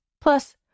Plus